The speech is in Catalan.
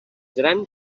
gran